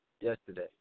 yesterday